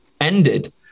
ended